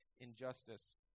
injustice